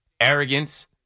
arrogance